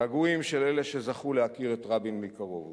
הגעגועים של אלה שזכו להכיר את רבין מקרוב.